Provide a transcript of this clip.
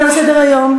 תם סדר-היום.